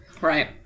right